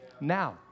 now